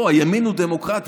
בואו, הימין הוא דמוקרט.